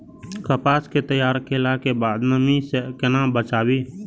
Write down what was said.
कपास के तैयार कैला कै बाद नमी से केना बचाबी?